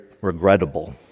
regrettable